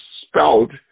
spelled